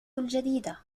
الجديدة